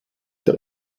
der